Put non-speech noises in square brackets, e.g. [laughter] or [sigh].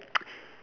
[noise]